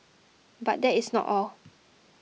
but that is not all